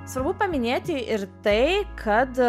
svarbu paminėti ir tai kad